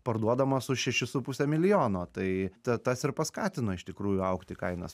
parduodamas už šešis su puse milijono tai ta tas ir paskatino iš tikrųjų augti kainas